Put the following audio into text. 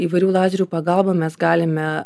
įvairių lazerių pagalba mes galime